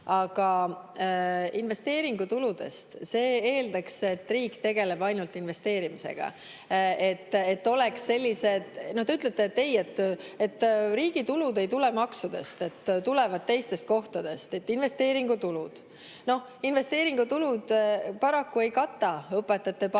Aga investeeringutuludest – see eeldaks, et riik tegeleb ainult investeerimisega, siis oleks sellised … Te ütlete, et riigi tulud ei tule maksudest, need tulevad teistest kohtadest, näiteks investeeringutulud. No investeeringutulud paraku ei kata õpetajate palka,